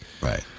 right